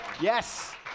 Yes